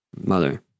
mother